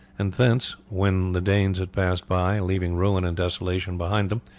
and thence, when the danes had passed by, leaving ruin and desolation behind them,